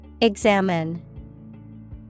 Examine